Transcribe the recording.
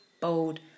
bold